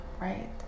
right